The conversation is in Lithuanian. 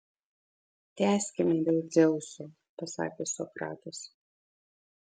tęskime dėl dzeuso pasakė sokratas